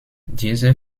dieser